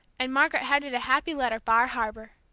and margaret headed a happy letter bar harbor.